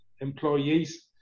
employees